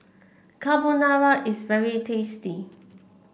Carbonara is very tasty